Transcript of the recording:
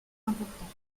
important